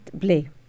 play